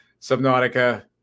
Subnautica